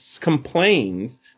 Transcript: complains